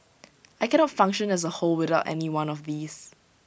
I cannot function as A whole without any one of these